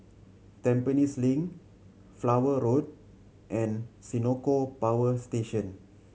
Tampines Link Flower Road and Senoko Power Station